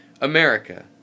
America